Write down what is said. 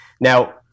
Now